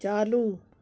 चालू